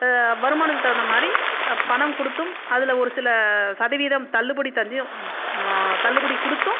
வருமானத்துக்கு தகுந்த மாதிரி பணம் கொடுத்தும் அதில் ஒரு சில சதவீதம் தள்ளுபடி தந்தும் தள்ளுபடி கொடுத்தும்